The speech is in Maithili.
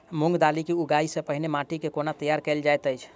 मूंग दालि केँ उगबाई सँ पहिने माटि केँ कोना तैयार कैल जाइत अछि?